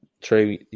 true